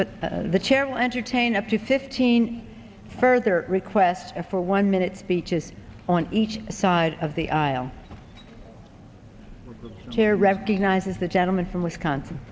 but the chair will entertain up to fifteen further requests for one minute speeches on each side of the aisle chair recognizes the gentleman from wisconsin